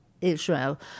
Israel